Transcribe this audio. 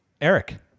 eric